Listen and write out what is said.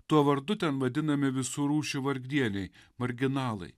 tuo vardu ten vadinami visų rūšių vargdieniai marginalai